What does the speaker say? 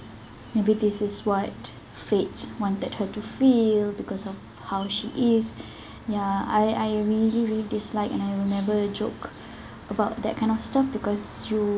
maybe this is what fate wanted her to feel because of how she is ya I I really really dislike and I will never joke about that kind of stuff because you